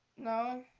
No